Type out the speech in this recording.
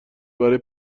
برای